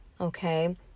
Okay